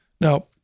Now